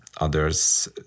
others